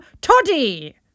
Toddy